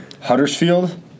Huddersfield